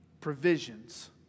provisions